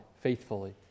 faithfully